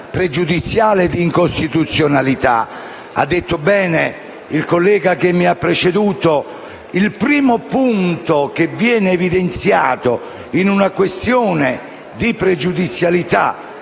pregiudiziale di costituzionalità. Come ha detto bene il collega che mi ha preceduto, il primo punto che viene evidenziato in una questione di pregiudizialità